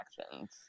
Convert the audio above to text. actions